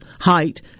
height